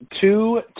two